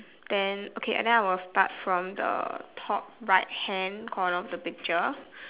then okay then I will start from the top right hand corner of the picture